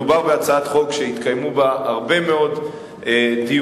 מדובר בהצעת חוק שהתקיימו בה הרבה מאוד דיונים,